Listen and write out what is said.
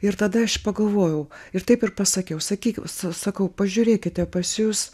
ir tada aš pagalvojau ir taip ir pasakiau sakyk sakau pažiūrėkite pas jus